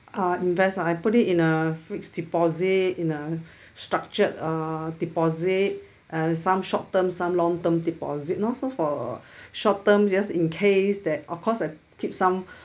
uh invest ah I put it in a fixed deposit in a structured uh deposit and some short-term some long-term deposit also for short term just in case that of course I keep some